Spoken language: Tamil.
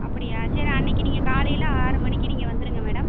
அப்படியா சரி அன்றைக்கு நீங்கள் காலையில் ஆறு மணிக்கு நீங்கள் வந்துடுங்க மேடம்